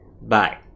Bye